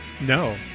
No